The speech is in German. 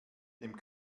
dem